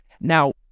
Now